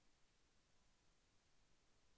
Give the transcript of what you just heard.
KYC నవీకరణకి పరిమితులు ఏమన్నా ఉన్నాయా?